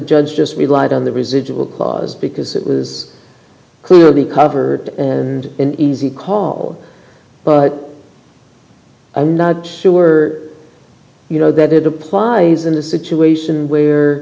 judge just relied on the residual clause because it was clearly covered and an easy call but i'm not sure you know that it applies in a situation where